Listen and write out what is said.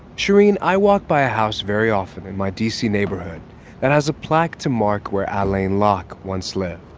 shereen, i walk by a house very often in my d c. neighborhood that has a plaque to mark where alain locke once lived.